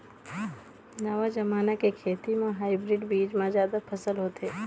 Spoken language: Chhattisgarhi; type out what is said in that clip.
नवा जमाना के खेती म हाइब्रिड बीज म जादा फसल होथे